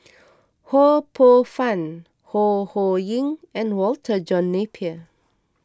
Ho Poh Fun Ho Ho Ying and Walter John Napier